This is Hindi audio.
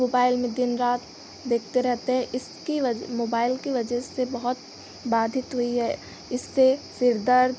मोबाइल में दिन रात देखते रहते हैं इसकी मोबाइल की वजे से बहोत बाधित हुई है इससे सिर दर्द